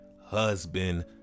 husband